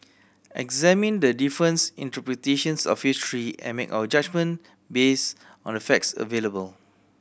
examine the difference interpretations of history and make our judgement based on the facts available